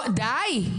די.